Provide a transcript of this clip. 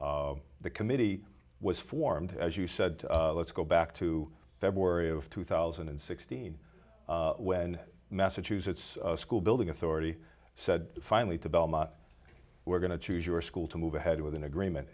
and the committee was formed as you said let's go back to february of two thousand and sixteen when massachusetts school building authority said finally to belmont we're going to choose your school to move ahead with an agreement